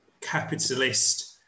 capitalist